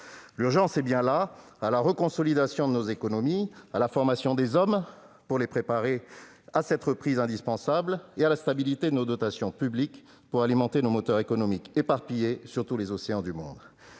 L'urgence est à la reconsolidation de nos économies, à la formation des hommes pour les préparer à cette reprise indispensable et à la stabilité des dotations publiques alimentant nos moteurs économiques éparpillés sur tous les océans du monde.